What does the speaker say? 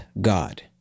God